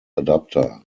adapter